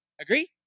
Agree